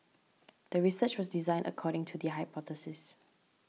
the research was designed according to the hypothesis